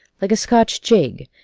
like a scotch jig,